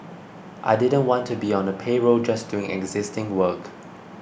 I didn't want to be on a payroll just doing existing work